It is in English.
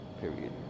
Period